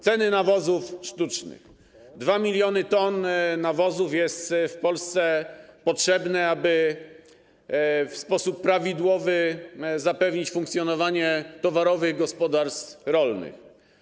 Ceny nawozów sztucznych - 2 mln t nawozów jest w Polsce potrzebne, aby w sposób prawidłowy zapewnić funkcjonowanie towarowych gospodarstw rolnych.